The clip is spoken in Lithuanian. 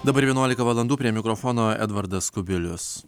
dabar vienuolika valandų prie mikrofono edvardas kubilius